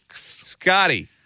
Scotty